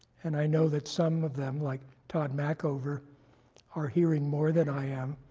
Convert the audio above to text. and i know that some of them, like todd machover are hearing more than i am.